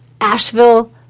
asheville